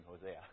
Hosea